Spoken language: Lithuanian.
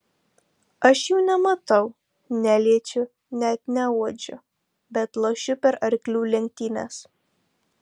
aš jų nematau neliečiu net neuodžiu bet lošiu per arklių lenktynes